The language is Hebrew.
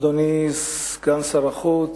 אדוני סגן שר החוץ,